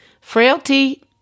Frailty